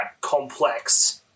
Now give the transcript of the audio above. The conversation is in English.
complex